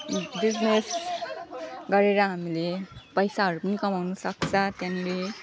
business गरेर हामीले पैसाहरू पनि कमाउनु सक्छ त्यहाँनेरि